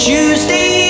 Tuesday